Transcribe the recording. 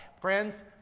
Friends